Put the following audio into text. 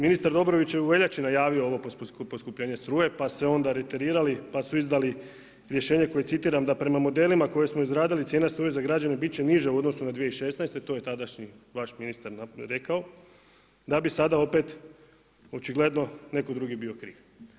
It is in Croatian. Ministar Dobrović je u veljači najavio ovo poskupljenje struje, pa se onda reterirali pa su izdali rješenje koje citiram: „da prema modelima koje smo izradili, cijena struje za građane bit će niža u odnosu na 2016.“, to je tadašnji vaš ministar rekao, da bi sada opet očigledno, netko drugi bio kriv.